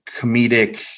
comedic